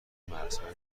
مرزهای